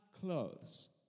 clothes